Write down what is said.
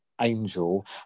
Angel